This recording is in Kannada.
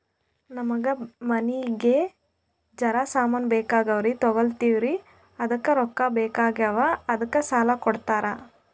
ನಮಗ ಮನಿಗಿ ಜರ ಸಾಮಾನ ಬೇಕಾಗ್ಯಾವ್ರೀ ತೊಗೊಲತ್ತೀವ್ರಿ ಅದಕ್ಕ ರೊಕ್ಕ ಬೆಕಾಗ್ಯಾವ ಅದಕ್ಕ ಸಾಲ ಕೊಡ್ತಾರ?